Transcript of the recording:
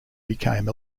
became